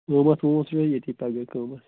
قۭمَتھ وۭمَتھ وٕچھو ییٚتی پَگاہ قۭمَتھ